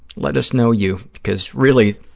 let us know you, because really,